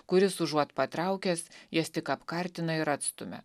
kuris užuot patraukęs jas tik apkartina ir atstumia